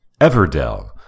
Everdell